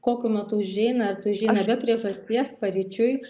kokiu metu užeina ar tai užeina be priežasties paryčiui